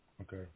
Okay